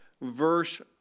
verse